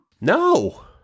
No